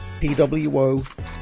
PWO